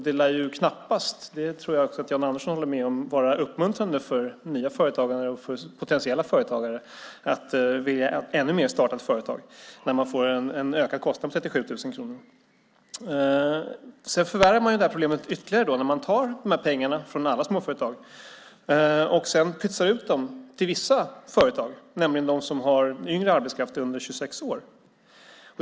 Det lär knappast vara uppmuntrande för nya företagare och för potentiella företagare och få dem att ännu mer vilja starta företag när de får en ökad kostnad på 37 000 kronor. Det tror jag att Jan Andersson håller med om. Man förvärrar problemet ytterligare när man tar pengarna för alla småföretag och pytsar ut dem till vissa företag, nämligen till dem som har yngre arbetskraft, under 26 år.